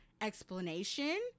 explanation